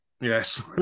Yes